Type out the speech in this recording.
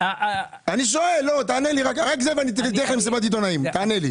רק על זה תענה לי.